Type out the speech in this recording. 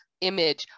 image